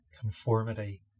conformity